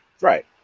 Right